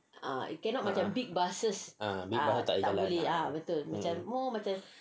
ah big buses tak boleh jalan ah um